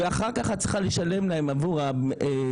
ואחר כך את צריכה לשלם להם עבור הוויזה,